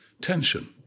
tension